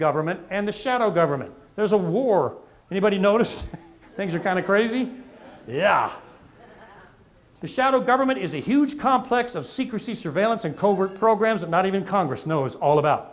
government and the shadow government there is a war anybody noticed things are kind of crazy yeah the shadow government is a huge complex of secrecy surveillance and covert programs that not even congress knows all about